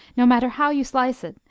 no matter how you slice it,